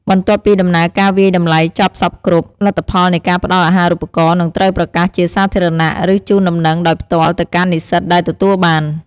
បន្ទាប់ពីដំណើរការវាយតម្លៃចប់សព្វគ្រប់ លទ្ធផលនៃការផ្ដល់អាហារូបករណ៍នឹងត្រូវប្រកាសជាសាធារណៈ ឬជូនដំណឹងដោយផ្ទាល់ទៅកាន់និស្សិតដែលទទួលបាន។